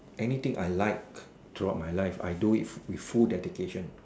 anything I like throughout my life I do it with full dedication